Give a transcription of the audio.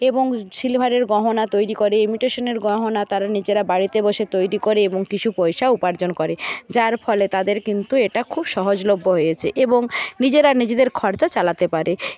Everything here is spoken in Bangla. এবং সিলভারের গহনা তৈরি করে ইমিটেশানের গহনা তারা নিজেরা বাড়িতে বসে তৈরি করে এবং কিছু পয়সা উপার্জন করে যার ফলে তাদের কিন্তু এটা খুব সহজলভ্য হয়েছে এবং নিজেরা নিজেদের খরচা চালাতে পারে